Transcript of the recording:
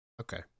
Okay